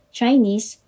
Chinese